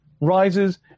rises